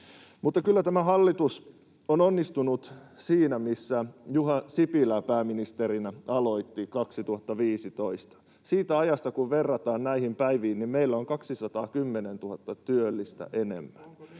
Mutta kyllä tämä hallitus on onnistunut siinä, missä Juha Sipilä pääministerinä aloitti 2015. Siitä ajasta kun verrataan näihin päiviin, niin meillä on 210 000 työllistä enemmän.